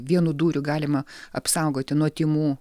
vienu dūriu galima apsaugoti nuo tymų